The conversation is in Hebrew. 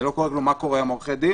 היום עורכי דין